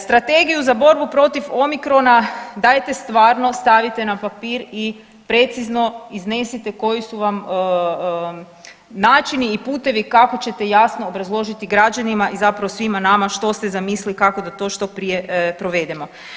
Strategiju za borbu protiv omicrona dajte stvarno stavite na papir i precizno iznesite koji su vam načini i putevi kako ćete jasno obrazložiti građanima i zapravo svima nama što ste zamislili kako da to što prije provedemo.